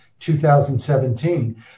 2017